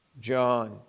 John